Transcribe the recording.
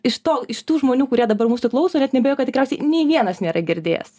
iš to iš tų žmonių kurie dabar mūsų klauso net neabejoju kad tikriausiai nei vienas nėra girdėjęs